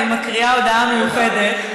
אני מקריאה הודעה מיוחדת,